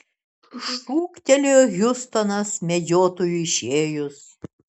šūktelėjo hiustonas medžiotojui išėjus